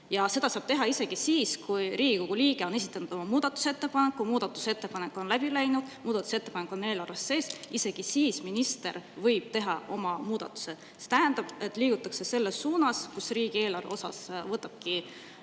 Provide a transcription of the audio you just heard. Ja seda saab teha isegi siis, kui Riigikogu liige on esitanud oma muudatusettepaneku, muudatusettepanek on läbi läinud, muudatusettepanek on eelarves sees – isegi siis minister võib teha oma muudatused. See tähendab, et liigutakse selles suunas, kus riigieelarve osas võtabki